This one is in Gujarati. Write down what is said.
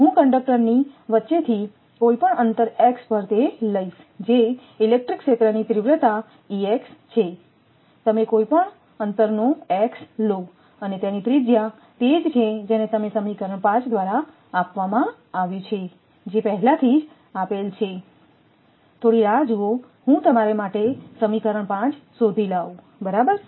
હું કંડક્ટરની વચ્ચેથી કોઈપણ અંતર x પર તે લઈશ જે ઇલેક્ટ્રિક ક્ષેત્રની તીવ્રતા છે તમે કોઈપણ અંતરનો x લો અને તેની ત્રિજ્યા તે જ છે જેને તમે સમીકરણ 5 દ્વારા આપવામાં આવ્યું છે જે પહેલાથી જ આપેલ છે થોડી રાહ જુઓ હું તમારા માટે સમીકરણ 5 શોધી લઉં બરાબર